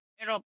Pero